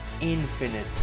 infinite